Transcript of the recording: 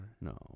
No